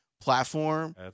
platform